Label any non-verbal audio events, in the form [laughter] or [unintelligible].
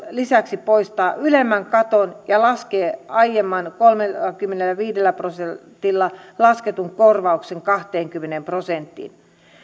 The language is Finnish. [unintelligible] lisäksi poistaa ylemmän katon ja laskee aiemman kolmellakymmenelläviidellä prosentilla lasketun korvauksen kahteenkymmeneen prosenttiin